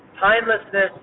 timelessness